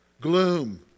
Gloom